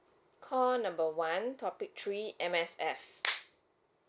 call number one topic three M_S_F